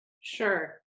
Sure